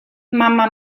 mamma